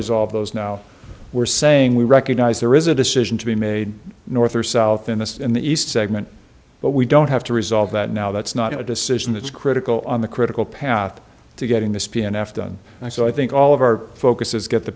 resolve those now we're saying we recognize there is a decision to be made north or south in this in the east segment but we don't have to resolve that now that's not a decision that's critical on the critical path to getting this b n f done so i think all of our focus is get the